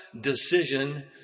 decision